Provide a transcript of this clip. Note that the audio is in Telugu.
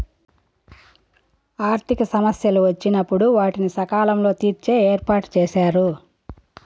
ఆర్థిక సమస్యలు వచ్చినప్పుడు వాటిని సకాలంలో తీర్చే ఏర్పాటుచేశారు